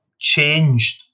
changed